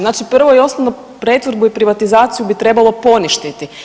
Znači prvo i osnovno pretvorbu i privatizaciju bi trebalo poništiti.